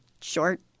short